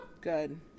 good